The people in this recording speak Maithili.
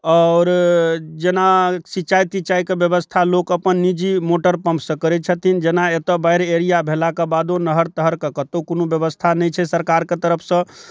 आओर जेना सिंचाइ तिचाइके ब्यबस्था लोक अपन निजी मोटर पम्पसँ करै छथिन जेना एतऽ बाढ़ि एरियाके बादो नहर तहर कऽ कतौ कोनो ब्यबस्था नहि छै सरकारके तरफसँ